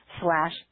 slash